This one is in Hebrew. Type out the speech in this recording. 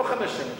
לא של חמש שנים,